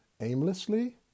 aimlessly